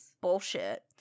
bullshit